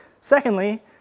Secondly